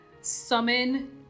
summon